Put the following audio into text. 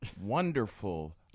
wonderful